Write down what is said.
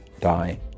die